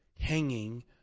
hanging